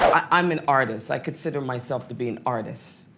i'm an artist, i consider myself to be an artist,